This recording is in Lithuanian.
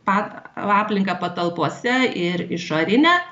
pat aplinką patalpose ir išorinę